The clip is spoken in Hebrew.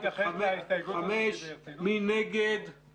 אבל אתה לא רוצה להתייחס להסתייגות הזאת ברצינות?